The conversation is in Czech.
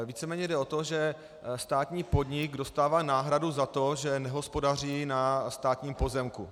Víceméně jde o to, že státní podnik dostává náhradu za to, že nehospodaří na státním pozemku.